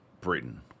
Britain